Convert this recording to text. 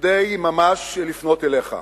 כדי ממש לפנות אליך.